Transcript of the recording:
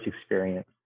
experience